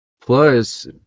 Plus